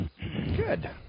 Good